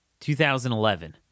2011